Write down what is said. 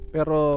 Pero